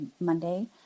Monday